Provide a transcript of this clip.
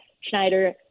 Schneider